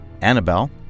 Annabelle